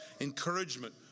encouragement